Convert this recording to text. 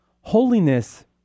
holiness